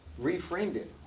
reframed it.